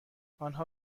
آنها